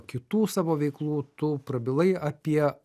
kitų savo veiklų tu prabilai apie